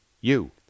you